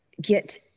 get